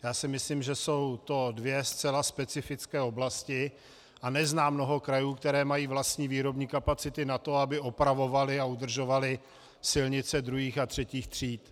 Já si myslím, že jsou to dvě zcela specifické oblasti, a neznám mnoho krajů, které mají vlastní výrobní kapacity na to, aby opravovaly a udržovaly silnice druhých a třetích tříd.